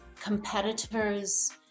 competitors